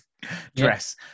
dress